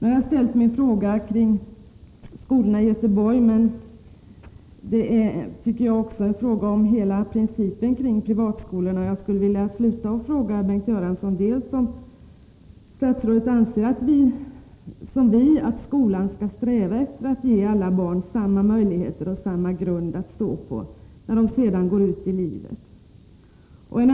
Jag har ställt min fråga om skolorna i Göteborg, men det gäller här hela principen bakom privatskolorna. Jag vill avsluta med att fråga Bengt Göransson om statsrådet, i likhet med oss, anser att skolan skall sträva efter att ge alla barn samma möjligheter och samma grund att stå på när de sedan går ut i livet.